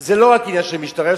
זה לא רק עניין של משטרה.